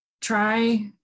try